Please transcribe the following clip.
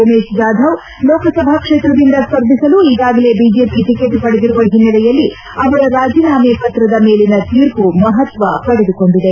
ಉಮೇಶ್ ಜಾದವ್ ಕಲಬುರಗಿ ಲೋಕಸಭಾ ಕ್ಷೇತ್ರದಿಂದ ಸ್ಪರ್ಧಿಸಲು ಈಗಾಗಲೇ ಬಿಜೆಪಿ ಟಕೆಟ್ ಪಡೆದಿರುವ ಹಿನ್ನೆಲೆಯಲ್ಲಿ ಅವರ ರಾಜೀನಾಮೆ ಪತ್ರದ ಮೇಲಿನ ತೀರ್ಮ ಮಹತ್ವ ಪಡೆದುಕೊಂಡಿದೆ